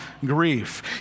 grief